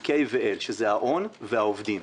מ-K ו-L שזה ההון והעובדים.